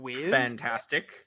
fantastic